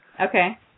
Okay